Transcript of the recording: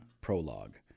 Prologue